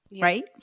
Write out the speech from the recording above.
right